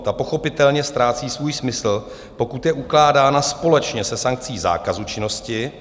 Ta pochopitelně ztrácí svůj smysl, pokud je ukládána společně se sankcí zákazu činnosti.